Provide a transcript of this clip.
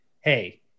hey